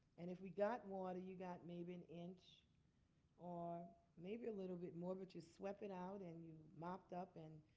and if we got water, you got maybe an inch or maybe a little bit more. but you swept it out and mopped up. and